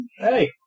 Hey